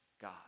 God